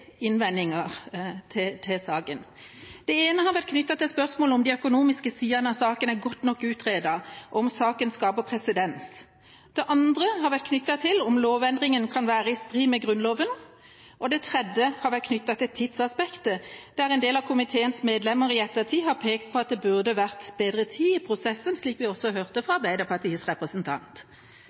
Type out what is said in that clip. innvendinger: Den ene har vært knyttet til spørsmålet om de økonomiske sidene av sakene er godt nok utredet, og om saken skaper presedens. Den andre har vært knyttet til om lovendringen kan være i strid med Grunnloven. Den tredje har vært knyttet til tidsaspektet, da en del av komiteens medlemmer i ettertid har pekt på at det burde vært bedre tid i prosessen, slik vi også hørte fra Arbeiderpartiets representant.